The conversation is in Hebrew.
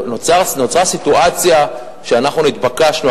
נוצרה סיטואציה שאנחנו נתבקשנו,